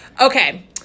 Okay